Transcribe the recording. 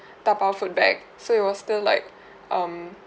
tapau food back so it was still like um